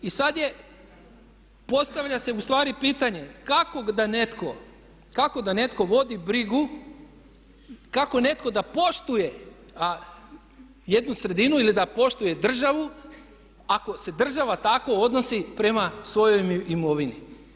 I sad je postavlja se ustvari pitanje kako da netko vodi brigu, kako netko da poštuje jednu sredinu ili da poštuje državu ako se država tako odnosi prema svojoj imovini?